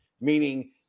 meaning